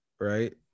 right